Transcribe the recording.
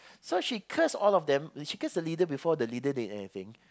so she curse all of them she curse the leader before the leader did anything